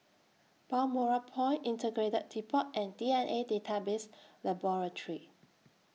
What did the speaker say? Balmoral Point Integrated Depot and D N A Database Laboratory